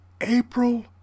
April